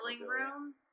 room